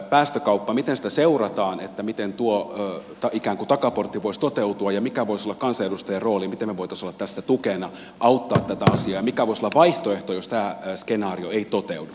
miten päästökauppaa seurataan miten tuo ikään kuin takaportti voisi toteutua ja mikä voisi olla kansanedustajan rooli siinä miten me voisimme olla tässä tukena auttamassa tätä asiaa ja mikä voisi olla vaihtoehto jos tämä skenaario ei toteudu